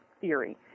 theory